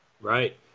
Right